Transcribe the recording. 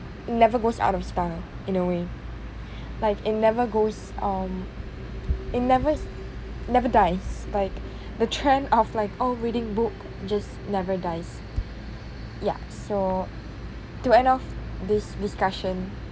never goes out of style in a way like it never goes um it nevers never dies but the trend of like oh reading book just never dies ya so to end off this discussion